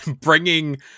bringing